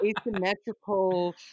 asymmetrical